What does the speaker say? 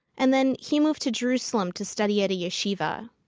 and then he moved to jerusalem to study at a yeshiva.